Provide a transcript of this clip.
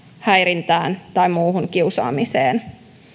häirintään tai muuhun kiusaamiseen